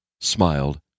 smiled